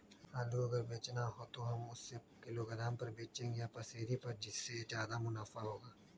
आलू अगर बेचना हो तो हम उससे किलोग्राम पर बचेंगे या पसेरी पर जिससे ज्यादा मुनाफा होगा?